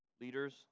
Leaders